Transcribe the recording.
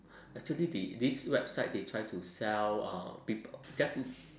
actually they this website they try to sell uh peop~ just